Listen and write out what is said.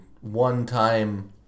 one-time